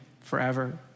forever